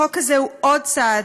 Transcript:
החוק הזה הוא עוד צעד,